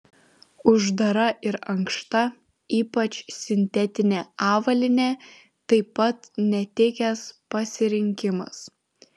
uždara ir ankšta ypač sintetinė avalynė taip pat netikęs pasirinkimas